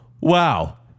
Wow